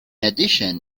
addition